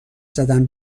زدن